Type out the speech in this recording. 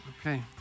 Okay